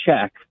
check